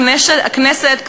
הכנסת,